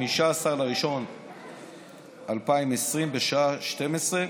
ב-15 בספטמבר 2020 בשעה 12:00,